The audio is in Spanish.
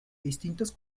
distintas